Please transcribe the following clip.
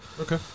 Okay